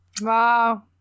Wow